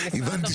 תומכים